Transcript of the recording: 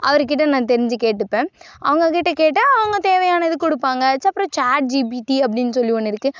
அவருக்கிட்டே நான் தெரிஞ்சு கேட்டுப்பேன் அவங்க கிட்டே கேட்டால் அவங்க தேவையானது கொடுப்பாங்க ஸோ அப்புறம் சாட் ஜிபிடி அப்படின்னு சொல்லி ஒன்று இருக்குது